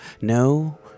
no